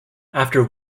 after